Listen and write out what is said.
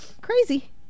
crazy